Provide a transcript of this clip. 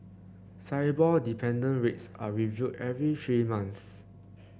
S I B O R dependent rates are reviewed every three months